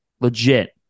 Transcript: legit